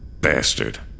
Bastard